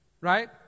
right